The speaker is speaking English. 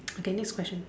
okay next question